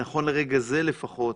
נכון לרגע הזה לפחות,